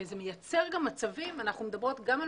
זה מייצר גם מצבים אנחנו מדברות גם על